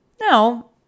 No